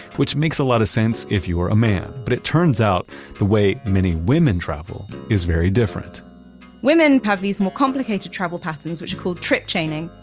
which makes a lot of sense if you are a man. but it turns out the way many women travel is very different women have these more complicated travel patterns which are called trip chaining.